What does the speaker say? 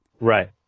Right